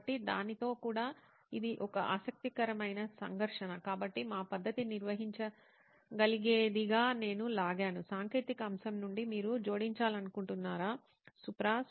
కాబట్టి దానితో కూడా ఇది ఒక ఆసక్తికరమైన సంఘర్షణ కాబట్టి మా పద్ధతి నిర్వహించగలిగేదిగా నేను లాగాను సాంకేతిక అంశం నుండి మీరు జోడించాలనుకుంటున్నారా సుప్రా